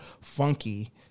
Funky